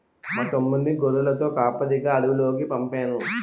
మా తమ్ముణ్ణి గొర్రెలతో కాపరిగా అడవిలోకి పంపేను